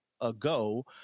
ago